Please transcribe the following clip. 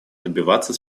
добиваться